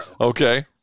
Okay